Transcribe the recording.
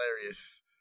Hilarious